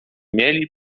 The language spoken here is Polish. mieli